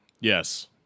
Yes